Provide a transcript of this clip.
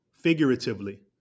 figuratively